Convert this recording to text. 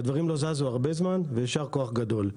דברים לא זזו הרבה זמן, יישר כוח גדול.